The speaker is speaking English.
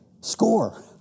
score